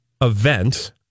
event